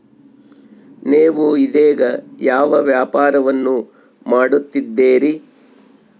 ನೇವು ಇದೇಗ ಯಾವ ವ್ಯಾಪಾರವನ್ನು ಮಾಡುತ್ತಿದ್ದೇರಿ?